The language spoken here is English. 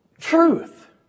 Truth